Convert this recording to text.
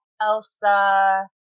Elsa